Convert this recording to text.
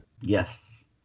Yes